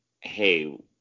Hey